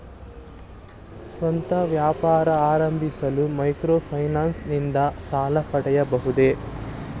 ಸ್ವಂತ ವ್ಯಾಪಾರ ಆರಂಭಿಸಲು ಮೈಕ್ರೋ ಫೈನಾನ್ಸ್ ಇಂದ ಸಾಲ ಪಡೆಯಬಹುದೇ?